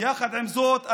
יחד עם זאת,